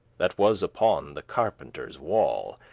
that was upon the carpentere's wall.